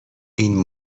این